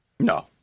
No